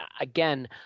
again